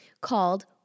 called